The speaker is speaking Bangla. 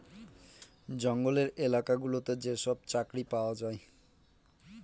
জঙ্গলের এলাকা গুলোতে যেসব চাকরি পাওয়া যায়